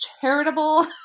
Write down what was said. charitable